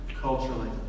Culturally